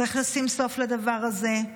צריך לשים סוף לדבר הזה.